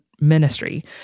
ministry